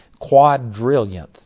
quadrillionth